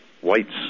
White's